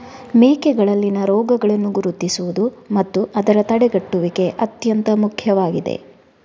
ಮೇಕೆಗಳಲ್ಲಿನ ರೋಗಗಳನ್ನು ಗುರುತಿಸುವುದು ಮತ್ತು ಅದರ ತಡೆಗಟ್ಟುವಿಕೆ ಅತ್ಯಂತ ಮುಖ್ಯವಾಗಿದೆ